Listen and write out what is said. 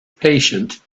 patient